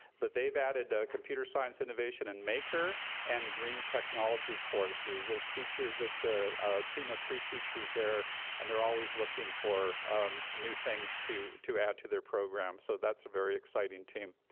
but they've added computer science innovation and maker and green technology courses. those teachers that's a team of three teachers there and they're always looking for new things to to add to their program, so that's a very exciting team.